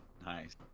Nice